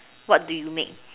what do you make